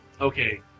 okay